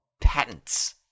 Patents